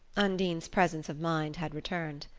undine's presence of mind had returned.